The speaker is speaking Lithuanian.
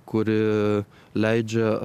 kuri leidžia